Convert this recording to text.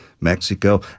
Mexico